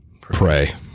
pray